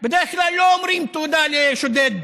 בדרך כלל לא אומרים תודה לשודד